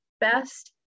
best